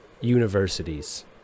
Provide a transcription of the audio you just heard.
universities